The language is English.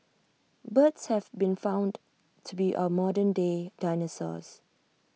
birds have been found to be our modern day dinosaurs